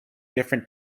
different